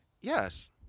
Yes